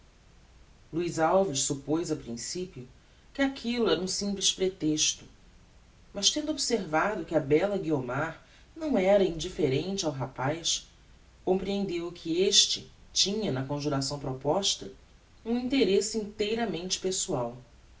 luiz alves suppoz a principio que aquillo era um simples pretexto mas tendo observado que a bella guiomar não era indifferente ao rapaz comprehendeu que este tinha na conjuração proposta um interesse inteiramente pessoal